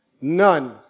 None